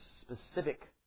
specific